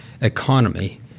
economy